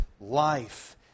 life